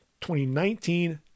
2019